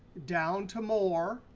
down to more.